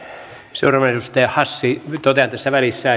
seuraavana edustaja hassi nyt totean tässä välissä